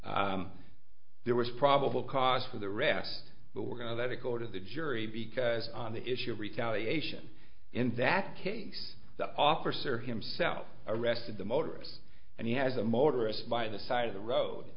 there was probable cause for the rest but we're going to let it go to the jury because on the issue of retaliation in that case the officer himself arrested the motorists and he has a motorist by the side of the road